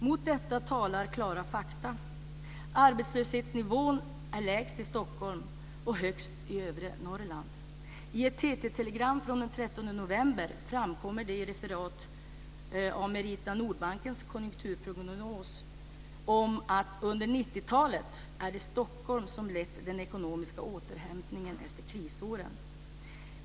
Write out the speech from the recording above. Mot detta talar klara fakta. Arbetslöshetsnivån är lägst i Stockholm och högst i övre Norrland. I ett TT-telegram från den 13 november fanns det ett referat av Merita Nordbankens konjunkturprognos. Man skriver: "Under hela 90-talet är det Stockholm som lett den ekonomiska återhämtningen efter krisåren."